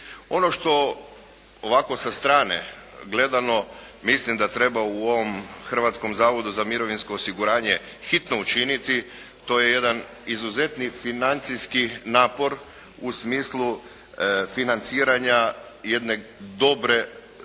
Ono što ovako sa strane gledano mislim da treba u ovom Hrvatskom zavodu za mirovinsko osiguranje hitno učiniti, to je jedan izuzetni financijski napor u smislu financiranja jedne dobre, dobre